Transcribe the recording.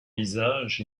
visage